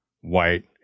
white